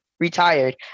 Retired